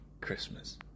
Christmas